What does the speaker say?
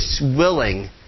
willing